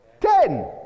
ten